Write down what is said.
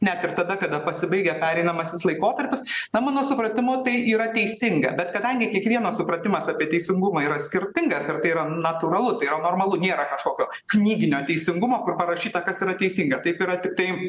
net ir tada kada pasibaigia pereinamasis laikotarpis na mano supratimu tai yra teisinga bet kadangi kiekvieno supratimas apie teisingumą yra skirtingas ir tai yra natūralu tai yra normalu nėra kažkokio knyginio teisingumo kur parašyta kas yra teisinga taip yra tiktai